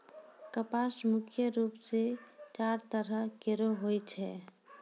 कपास मुख्य रूप सें चार तरह केरो होय छै